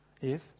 yes